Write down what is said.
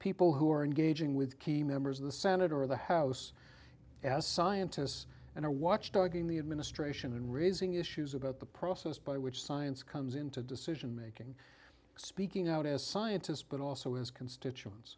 people who are engaging with key members of the senate or the house as scientists and a watchdog in the administration and raising issues about the process by which science comes into decision making speaking out as scientists but also as constituents